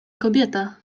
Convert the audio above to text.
kobieta